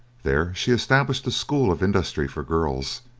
there she established a school of industry for girls,